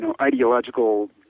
ideological